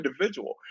individual